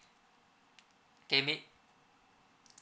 they need